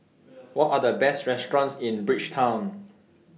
What Are The Best restaurants in Bridgetown